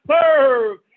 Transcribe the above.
serve